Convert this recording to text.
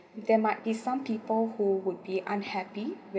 there might be some people who would be unhappy